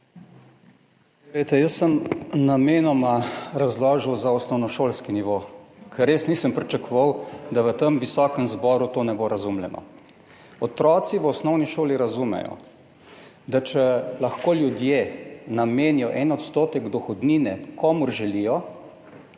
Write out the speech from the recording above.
jaz sem namenoma razložil za osnovnošolski nivo, ker res nisem pričakoval, da v tem visokem zboru to ne bo razumljeno. Otroci v osnovni šoli razumejo, da če lahko ljudje namenijo en odstotek dohodnine komur želijo